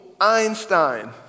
Einstein